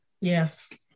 Yes